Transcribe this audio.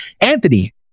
Anthony